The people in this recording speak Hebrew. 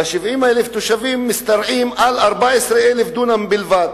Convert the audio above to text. ו-70,000 התושבים מתפרסים על 14,000 דונם בלבד,